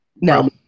No